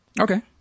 Okay